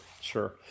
sure